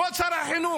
כבוד שר החינוך,